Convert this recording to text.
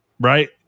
right